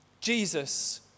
Jesus